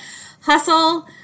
hustle